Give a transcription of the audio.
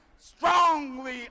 Strongly